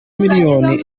millions